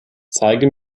zeige